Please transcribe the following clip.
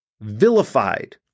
vilified